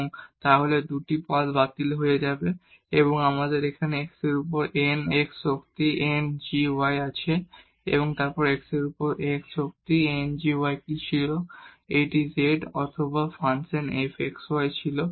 এবং তাহলে এই 2 টি পদ বাতিল হয়ে যাবে এবং আমাদের এখানে x এর উপর n x power n g y আছে এবং x এর উপর x শক্তি n g y কি ছিল এটি z অথবা ফাংশন f x y ছিল